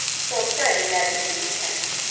so freddie had to be content.